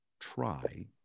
try